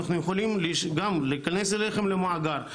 אנחנו יכולים גם להיכנס אליכם למאגר,